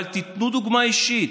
אבל תיתנו דוגמה אישית,